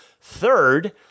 Third